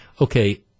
okay